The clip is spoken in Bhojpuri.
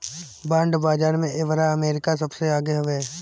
बांड बाजार में एबेरा अमेरिका सबसे आगे हवे